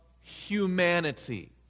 humanity